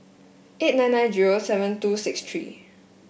eight nine nine zero seven two six three